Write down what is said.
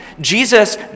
Jesus